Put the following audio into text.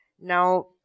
Now